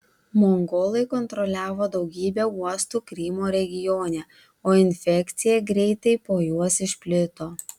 mongolai kontroliavo daugybę uostų krymo regione o infekcija greitai po juos išplito